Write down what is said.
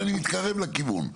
אבל אני מתקרב לכיוון.